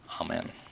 Amen